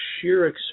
sheer